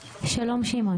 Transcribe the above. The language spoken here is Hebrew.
שלום.